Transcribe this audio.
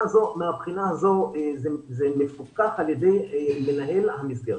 מהבחינה הזו זה מפוקח על ידי מנהל המסגרת.